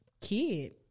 kid